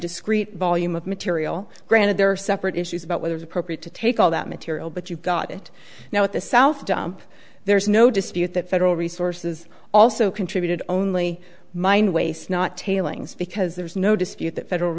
discreet volume of material granted there are separate issues about whether it's appropriate to take all that material but you've got it now at the south dump there's no dispute that federal resources also contributed only mine waste not tailings because there's no dispute that federal